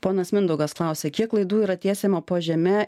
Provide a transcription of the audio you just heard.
ponas mindaugas klausia kiek klaidų yra tiesiama po žeme